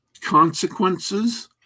consequences